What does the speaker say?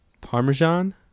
Parmesan